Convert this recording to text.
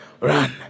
run